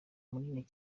munini